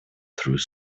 through